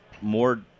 more